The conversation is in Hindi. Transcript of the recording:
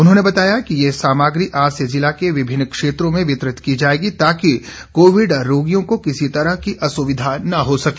उन्होंने बताया कि ये सामग्री आज से जिला के विभिन्न क्षेत्रों में वितरित की जाएगी ताकि कोविड रोगियों को किसी तरह की असुविधा न हा सके